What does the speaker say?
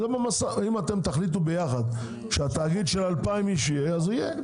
אם אתם תחליטו ביחד שהתאגיד של 2,000 איש יהיה אז הוא יהיה,